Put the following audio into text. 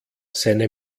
seine